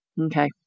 Okay